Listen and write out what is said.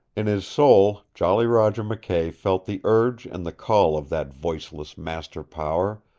in his soul jolly roger mckay felt the urge and the call of that voiceless master power,